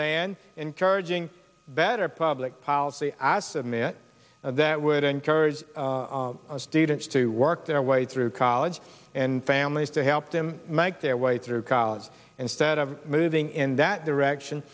than encouraging better public policy as a minute that would encourage students to work their way through college and families to help them make their way through college instead of moving in that direction